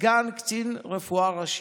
סגן קצין רפואה ראשי.